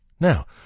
Now